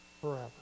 forever